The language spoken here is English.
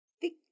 thick